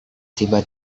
tiba